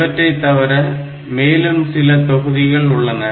இவற்றைத் தவிர மேலும் சில தொகுதிகள் உள்ளன